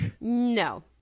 No